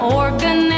organ